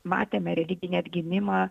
matėme religinį atgimimą